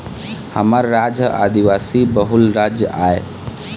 हमर राज ह आदिवासी बहुल राज आय